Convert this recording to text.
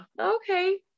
okay